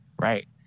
Right